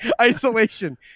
isolation